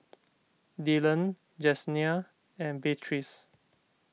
Dillon Jessenia and Beatrice